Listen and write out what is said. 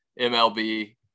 MLB